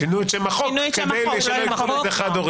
שינו את החוק כדי שלא יקראו לזה "חד-הורי".